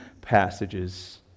passages